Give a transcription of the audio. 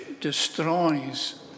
destroys